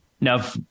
Now